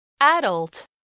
Adult